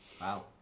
Wow